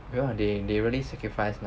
because they they really sacrifice like